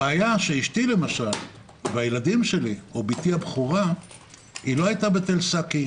הבעיה היא שאשתי למשל והילדים שלי או בתי הבכורה לא הייתה בתל סאקי,